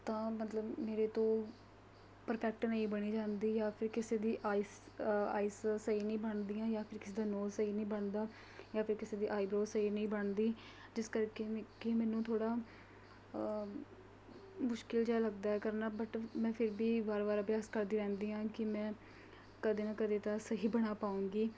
ਤਾਂ ਮਤਲਬ ਮੇਰੇ ਤੋਂ ਪਰਫੈਕਟ ਨਹੀਂ ਬਣੀ ਜਾਂਦੀ ਜਾਂ ਫਿਰ ਕਿਸੇ ਦੀ ਆਈਜ਼ ਆਈਜ਼ ਸਹੀ ਨਹੀਂ ਬਣਦੀਆਂ ਜਾਂ ਫਿਰ ਕਿਸੇ ਦਾ ਨੋਜ਼ ਸਹੀ ਨਹੀਂ ਬਣਦਾ ਜਾਂ ਫਿਰ ਕਿਸੇ ਦੀ ਆਈਬਰੋ ਸਹੀ ਨਹੀਂ ਬਣਦੀ ਜਿਸ ਕਰਕੇ ਮੈਂ ਕਿ ਮੈਨੂੰ ਥੋੜ੍ਹਾ ਮੁਸ਼ਕਿਲ ਜਿਹਾ ਲੱਗਦਾ ਕਰਨਾ ਬਟ ਮੈਂ ਫਿਰ ਵੀ ਬਾਰ ਬਾਰ ਅਭਿਆਸ ਕਰਦੀ ਰਹਿੰਦੀ ਹਾਂ ਕਿ ਮੈਂ ਕਦੇ ਨਾ ਕਦੇ ਤਾਂ ਸਹੀ ਬਣਾ ਪਾਊਂਗੀ